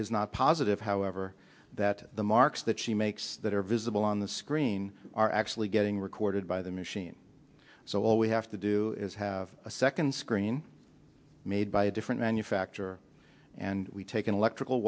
is not positive however that the marks that she makes that are visible on the screen are actually getting recorded by the machine so all we have to do is have a second screen made by a different manufacturer and we take an electrical